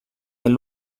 este